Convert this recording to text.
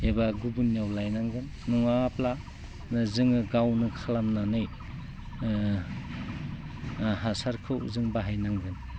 एबा गुबुननियाव लायनांगोन नङाब्ला जोङो गावनो खालामनानै हासारखौ जों बाहायनांगोन